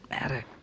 matter